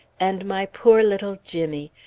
and my poor little jimmy!